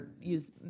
use